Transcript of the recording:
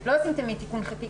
לא עושים תמיד תיקון חקיקה,